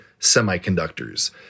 semiconductors